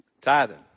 Tithing